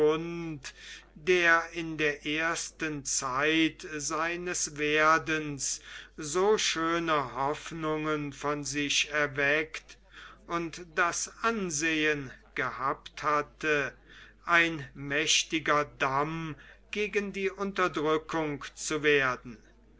der in der ersten zeit seines werdens so schöne hoffnungen von sich erweckt und das ansehen gehabt hatte ein mächtiger damm gegen die unterdrückung zu werden